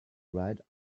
ride